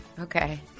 Okay